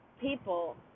people